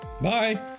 bye